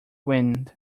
wind